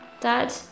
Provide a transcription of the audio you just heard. Dad